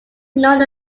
known